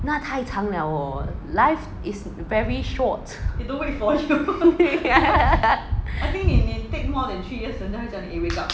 那太长 liao !whoa! life is very short